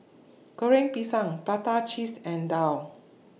Goreng Pisang Prata Cheese and Daal